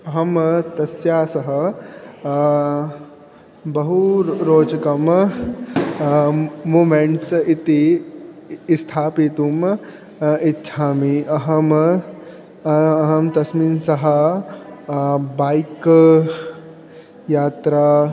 अहं तस्याः सह बहु रोचकम् मूमेण्ट्स् इति इ स्थापितुम् इच्छामि अहं अहं तस्मिन् सह बैक् यात्रा